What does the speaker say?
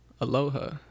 aloha